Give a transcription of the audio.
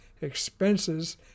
expenses